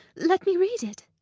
let me read it.